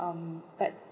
um but